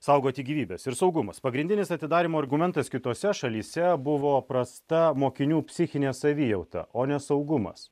saugoti gyvybes ir saugumas pagrindinis atidarymo argumentas kitose šalyse buvo prasta mokinių psichinė savijauta o ne saugumas